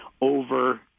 over